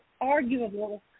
arguable